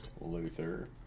Luther